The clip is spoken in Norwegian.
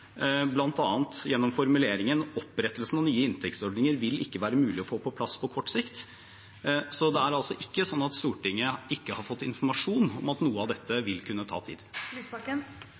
opprettelsen av nye inntektsordninger ikke ville være mulig å få på plass på kort sikt. Det er altså ikke sånn at Stortinget ikke har fått informasjon om at noe av dette vil kunne ta